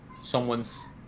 someone's